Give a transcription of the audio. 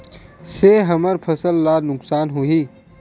से हमर फसल ला नुकसान होही?